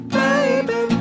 baby